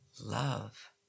love